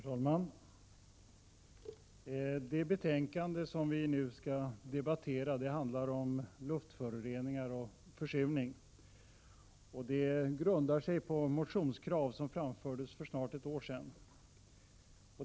Herr talman! Det betänkande som vi nu skall debattera handlar om luftföroreningar och försurning, och det grundar sig på motionskrav som framfördes för snart ett år sedan.